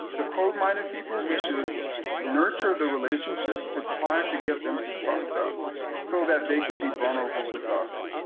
the closed-minded people, we should nurture the relationship to try to get them to trust us so that they can be vulnerable with us,